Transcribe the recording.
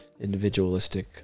individualistic